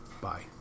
Bye